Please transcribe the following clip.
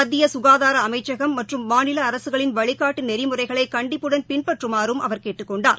மத்திய சுகாதார அமைச்சகம் மற்றும் மாநில அரசுகளின் வழிகாட்டு நெறிமுறைகளை கண்டிப்புடன் பின்பற்றுமாறும் அவர் கேட்டுக் கொண்டார்